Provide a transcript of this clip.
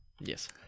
Yes